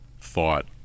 thought